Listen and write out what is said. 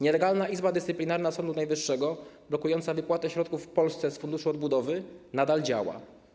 Nielegalna Izba Dyscyplinarna Sądu Najwyższego blokująca wypłatę środków w Polsce z Funduszu Odbudowy nadal działa.